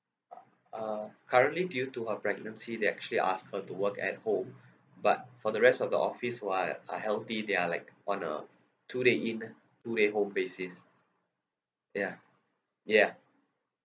uh currently due to her pregnancy they actually asked her to work at home but for the rest of the office who are are healthy they are like on a two day in two day home basis yeah yeah